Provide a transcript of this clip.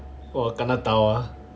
!wah! kena dao ah